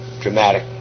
dramatic